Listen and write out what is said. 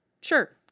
sure